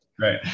Right